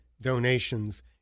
donations